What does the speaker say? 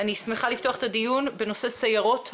אני שמחה לפתוח את הדיון בנושא סיירות ההורים.